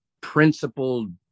principled